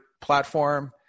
platform